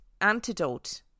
antidote